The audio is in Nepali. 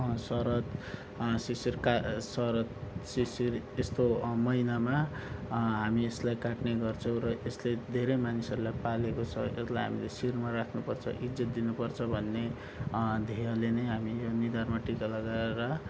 शरद शिशिरका शरद शिशिर यस्तो महिनामा हामी यसलाई काट्ने गर्छौँ र यसले धेरै मान्छेहरूलाई पालेको छ यसलाई हामीले शिरमा राख्नुपर्छ इज्जत दिनुपर्छ भन्ने ध्येयले नै हामी यो निधारमा टिका लगाएर